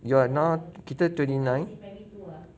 you are now kita twenty nine